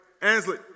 Ansley